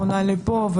פונה לפה,